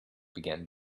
began